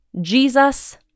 Jesus